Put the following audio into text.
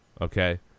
okay